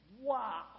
Wow